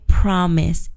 promise